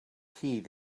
heed